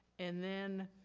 and then